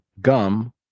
gum